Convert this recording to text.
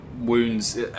Wounds